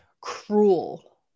cruel